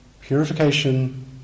purification